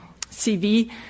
CV